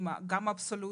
מתקדמים,